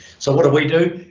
so what do we do?